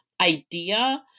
idea